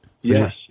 Yes